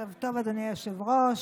ערב טוב, אדוני היושב-ראש.